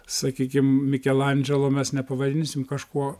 sakykim mikelandželo mes nepavadinsim kažkuo